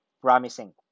promising